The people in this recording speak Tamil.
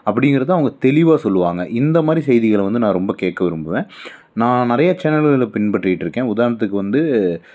அப்படிங்கிறத அவங்க தெளிவாக சொல்லுவாங்கள் இந்த மாதிரி செய்திகளை வந்து நான் ரொம்ப கேட்க விரும்புவேன் நான் நிறைய சேனல்களை பின்பற்றிட்டு இருக்கேன் உதாரணத்துக்கு வந்து